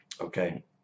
okay